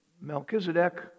Melchizedek